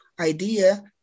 idea